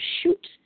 shoot